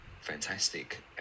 fantastic